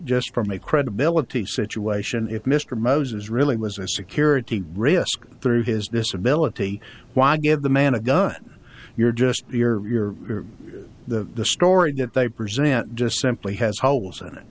just from a credibility situation if mr moses really was a security risk through his disability why give the man a gun you're just you're the story that they present just simply has holes in it